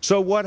so what